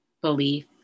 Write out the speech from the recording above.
belief